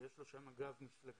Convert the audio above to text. שיש לו שם גב מפלגתי,